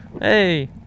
Hey